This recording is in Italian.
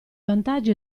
vantaggi